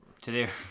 today